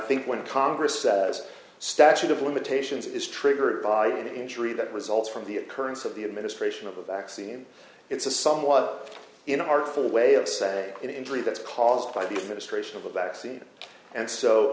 think when congress says statute of limitations is triggered by an injury that results from the occurrence of the administration of the vaccine it's a somewhat in artful way of say an injury that's caused by the ministration of a vaccine and so